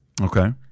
Okay